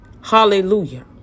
Hallelujah